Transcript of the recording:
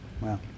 Wow